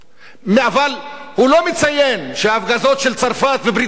אבל הוא לא מציין שההפגזות של צרפת וברית נאט"ו